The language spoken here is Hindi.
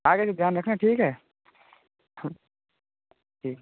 आगे से ध्यान रखना ठीक है ठीक